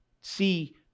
see